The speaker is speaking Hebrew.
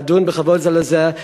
לדון בכבוד זה לזה,